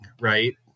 right